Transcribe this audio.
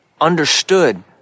understood